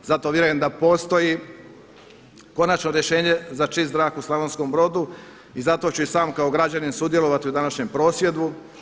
Zato vjerujem da postoji konačno rješenje za čist zrak u Slavonskom Brodu i zato ću i sam kao građanin sudjelovati u današnjem prosvjedu.